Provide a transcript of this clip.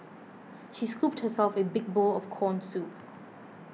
she scooped herself a big bowl of Corn Soup